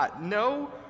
No